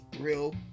real